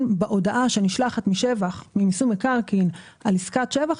בהודעה שנשלחת ממיסוי מקרקעין על עסקת שבח.